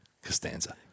Costanza